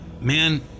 man